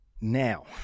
Now